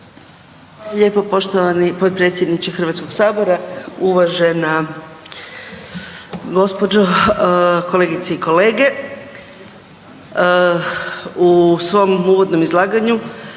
lijepo poštovani potpredsjedniče Hrvatskog sabora. Uvažena gospođo, kolegice i kolege u svom uvodnom izlaganju